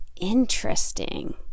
interesting